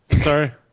Sorry